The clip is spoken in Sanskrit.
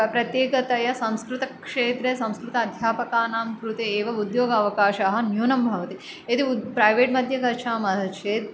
प्रत्येकतया संस्कृतक्षेत्रे संस्कृत अध्यापकानां कृते एव उद्योग अवकाशः न्यूनं भवति यदि उद् प्रैवेट् मद्ये गच्छामः चेत्